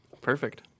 Perfect